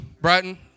Brighton